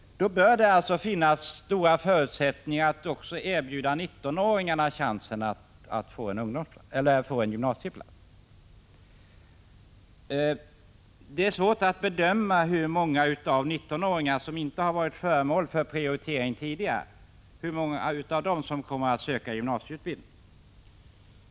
Det bör alltså finnas goda förutsättningar för att kunna erbjuda också 19-åringarna möjlighet att få en gymnasieplats. Det är svårt att bedöma hur många av de 19-åringar som inte tidigare har varit föremål för prioritering som kommer att söka gymnasieutbildning.